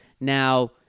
Now